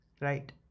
Right